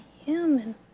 human